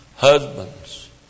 Husbands